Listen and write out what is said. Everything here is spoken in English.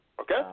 Okay